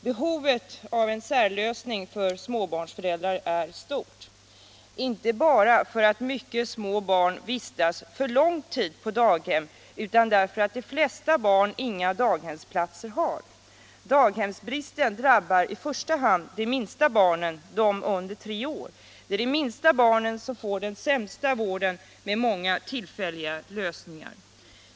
Behovet av en särlösning för småbarnsföräldrar är stort, inte bara därför att mycket små barn vistas på daghem under för lång tid, utan därför att de flesta barn inga daghemsplatser har. Daghemsbristen drabbar i första hand de minsta barnen, de som är under tre år. Det är de minsta barnen som får den sämsta vården med många tillfälliga lösningar.